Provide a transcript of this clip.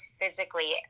physically